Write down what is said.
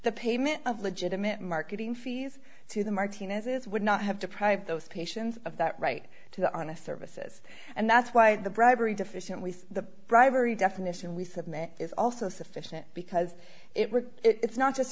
the payment of legitimate marketing fees to the martinez's would not have deprived those patients of that right to honest services and that's why the bribery deficient we see the bribery definition we submit is also sufficient because it works it's not just